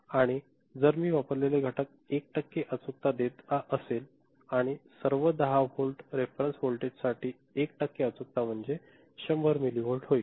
आणि जर मी वापरलेले घटक 1 टक्के अचूकता देत असेल आणि सर्व 10 व्होल्ट रेफरेंस व्होल्टेजसाठी 1 टक्के अचूकता म्हणजे 100 मिलीव्होल्ट होईल